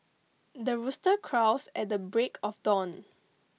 the rooster crows at the break of dawn